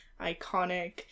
iconic